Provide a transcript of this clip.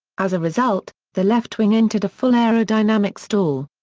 as a result, the left wing entered a full aerodynamic stall.